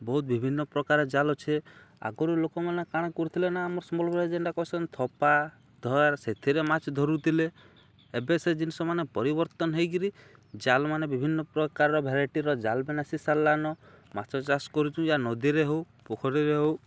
ବହୁତ୍ ବିଭିନ୍ନପ୍ରକାର ଜାଲ୍ ଅଛେ ଆଗରୁ ଲୋକମାନେ କାଣା କରୁଥିଲେ ନା ଆମର୍ ସମ୍ବଲପୁର୍ରେ ଯେନ୍ଟା କହେସନ୍ ଥପା ଧାର୍ ସେଥିରେ ମାଛ୍ ଧରୁଥିଲେ ଏବେ ସେ ଜିନିଷମାନେ ପରିବର୍ତ୍ତନ୍ ହେଇକିରି ଜାଲ୍ମାନେ ବିଭିନ୍ନପ୍ରକାର ଭେରାଇଟିର ଜାଲ୍ମନେ ଆସି ସାର୍ଲାନ ମାଛ ଚାଷ୍ କରୁଚୁ ୟା ନଦୀରେ ହଉ ପୋଖରୀରେ ହଉ